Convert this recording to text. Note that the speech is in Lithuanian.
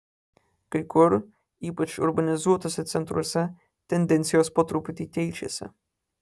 kai kur ypač urbanizuotuose centruose tendencijos po truputį keičiasi